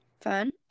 fun